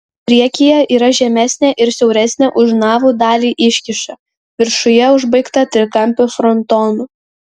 priekyje yra žemesnė ir siauresnė už navų dalį iškyša viršuje užbaigta trikampiu frontonu